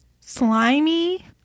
slimy